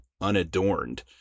unadorned